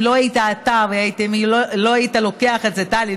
אם לא היית אתה ולא היית לוקח את זה: טלי,